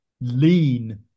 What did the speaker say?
lean